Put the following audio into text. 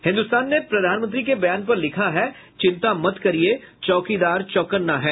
हिन्दुस्तान ने प्रधानमंत्री के बयान पर लिखा है चिंता मत करिये चौकीदार चौकन्ना है